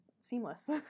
seamless